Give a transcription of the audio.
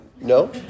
No